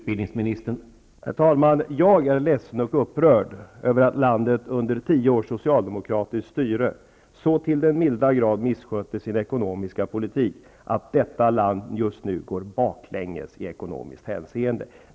Herr talman! Jag är ledsen och upprörd över att landet under tio års socialdemokratisk styre så till den milda grad misskötte sin ekonomiska politik att detta land just nu går baklänges i ekonomiskt hänseende.